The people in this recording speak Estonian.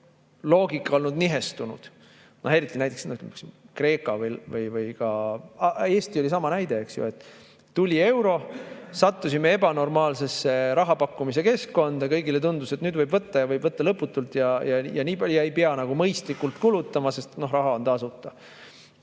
see loogika olnud nihestunud, eriti näiteks Kreeka puhul. Eesti on ju sama näide, eks ju. Tuli euro, sattusime ebanormaalsesse rahapakkumise keskkonda, kõigile tundus, et nüüd võib võtta ja võib võtta lõputult ja nii palju, ei pea mõistlikult kulutama, sest raha on tasuta.